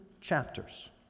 chapters